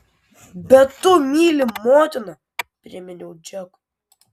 bet tu myli motiną priminiau džekui